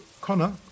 Connor